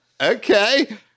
okay